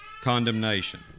condemnation